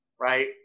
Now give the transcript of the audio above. right